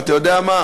ואתה יודע מה?